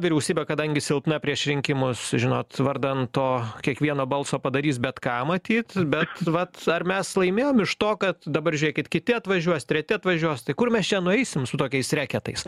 vyriausybė kadangi silpna prieš rinkimus žinot vardan to kiekvieno balso padarys bet ką matyt bet vat ar mes laimėjom iš to kad dabar žiūrėkit kiti atvažiuos treti atvažiuos tai kur mes čia nueisim su tokiais reketais